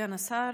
סגן השר,